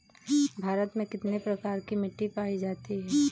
भारत में कितने प्रकार की मिट्टी पायी जाती है?